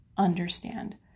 Understand